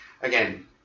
again